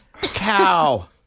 cow